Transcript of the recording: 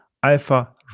Alpha